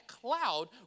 cloud